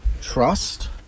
trust